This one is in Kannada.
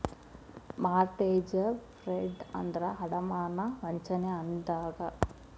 ಮಾರ್ಟೆಜ ಫ್ರಾಡ್ ಅಂದ್ರ ಅಡಮಾನ ವಂಚನೆ ಅಂದಂಗ